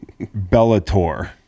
Bellator